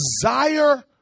desire